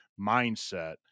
mindset